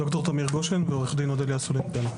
ד"ר תמיר גשן ועו"ד אודליה אסולין דגני.